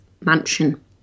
mansion